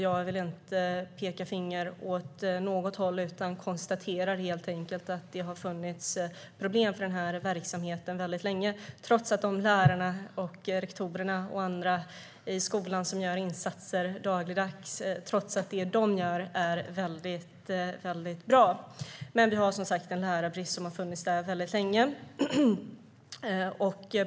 Jag vill inte peka finger åt något håll, utan konstaterar helt enkelt att det har funnits problem för den här verksamheten väldigt länge, trots att de insatser som görs av lärarna, rektorerna och andra i skolan dagligdags är väldigt bra. Vi har som sagt en lärarbrist som rått väldigt länge.